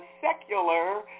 secular